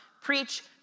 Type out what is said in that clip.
preach